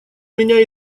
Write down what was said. меня